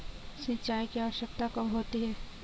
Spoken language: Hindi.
सिंचाई की आवश्यकता कब होती है?